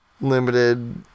limited